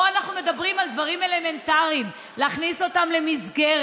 פה אנחנו מדברים על דברים אלמנטריים: להכניס אותם למסגרת,